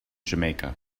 jamaica